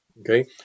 Okay